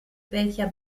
welcher